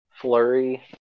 flurry